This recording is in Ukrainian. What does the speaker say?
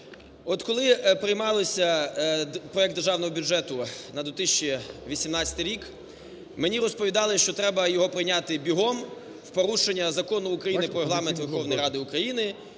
От коли приймався проект Державного бюджету на 2018 рік, мені розповідали, що треба його прийняти бігом, в порушення Закону України "Про Регламент Верховної Ради України",